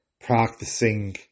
practicing